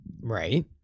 Right